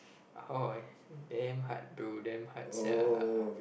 how I damn hard to damn hard sia